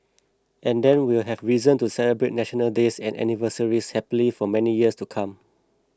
and then we'll have reason to celebrate National Days and anniversaries happily for many years to come